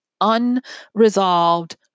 unresolved